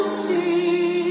see